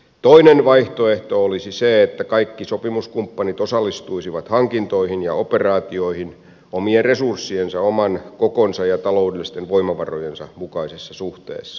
toinen vaihtoehto olisi se että kaikki sopimuskumppanit osallistuisivat hankintoihin ja operaatioihin omien resurssiensa oman kokonsa ja taloudellisten voimavarojensa mukaisessa suhteessa